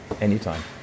anytime